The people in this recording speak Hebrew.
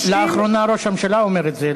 לאחרונה ראש הממשלה אומר את זה,